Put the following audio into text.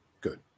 good